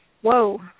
whoa